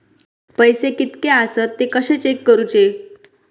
पैसे कीतके आसत ते कशे चेक करूचे?